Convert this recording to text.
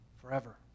forever